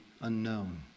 unknown